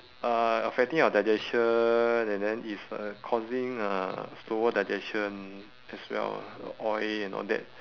uh affecting our digestion and then it's uh causing uh slower digestion as well the oil and all that